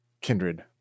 kindred